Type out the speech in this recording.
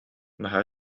наһаа